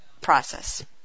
process